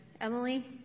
Emily